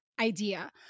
idea